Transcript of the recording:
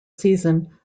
season